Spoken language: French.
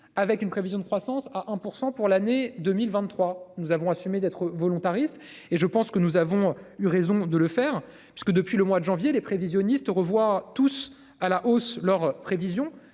avec une prévision de croissance à 1% pour l'année 2023 nous avons assumé d'être volontariste. Et je pense que nous avons eu raison de le faire parce que depuis le mois de janvier, les prévisionnistes revoient tous à la hausse leurs prévisions